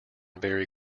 very